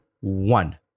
One